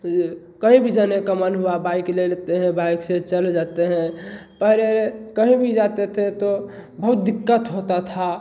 कहीं भी जाने का मन हुआ बाइक ले लेते हैं बाइक से चले जाते हैं पहले कहीं भी जाते थे तो बहुत दिक्कत होता था